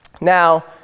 Now